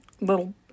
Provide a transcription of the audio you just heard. little